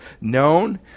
known